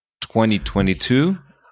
2022